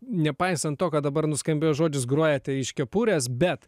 nepaisant to kad dabar nuskambėjo žodis grojate iš kepurės bet